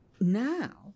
now